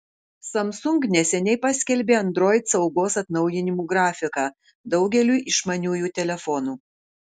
samsung neseniai paskelbė android saugos atnaujinimų grafiką daugeliui išmaniųjų telefonų